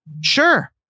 Sure